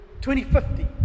2050